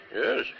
Yes